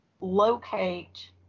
locate